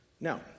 Now